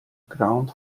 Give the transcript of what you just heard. ground